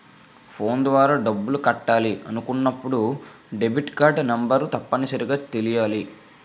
phone ద్వారా డబ్బులు కట్టాలి అనుకున్నప్పుడు డెబిట్కార్డ్ నెంబర్ తప్పనిసరిగా తెలియాలి